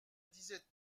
disait